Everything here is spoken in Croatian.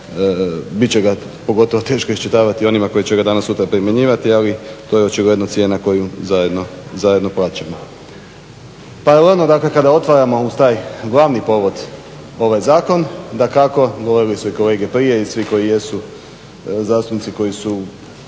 će ga pogotovo teško iščitavati onima koji će ga danas sutra primjenjivati, ali to je očigledno cijena koju zajedno plaćamo. Pa, jel ono dakle kada otvaramo uz taj glavni povod ovaj zakon, dakako govorili su i kolege prije i svi koji jesu zastupnici koji su